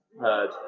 Heard